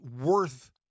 worth